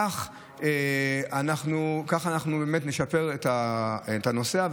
כך אנחנו נשפר עבור הנוסע,